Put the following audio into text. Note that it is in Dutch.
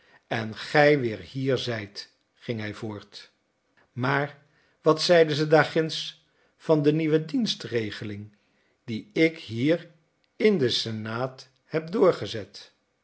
en gij weer hier zijt ging hij voort maar wat zeiden ze daar ginds van de nieuwe dienstregeling die ik hier in den senaat heb doorgezet